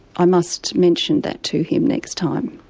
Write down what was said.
i must mention that to him next time.